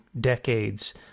decades